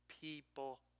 people